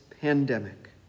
pandemic